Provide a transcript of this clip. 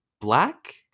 black